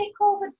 COVID